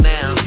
Now